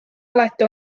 alati